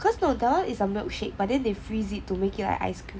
cause that [one] is a milk shake but then they freeze it to make it like ice cream